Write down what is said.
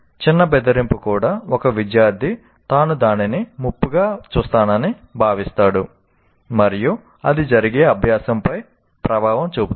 చిన్న బెదిరింపు కూడా ఒక విద్యార్థి తాను దానిని ముప్పుగా చూస్తానని భావిస్తాడు మరియు అది జరిగే అభ్యాసంపై ప్రభావం చూపుతుంది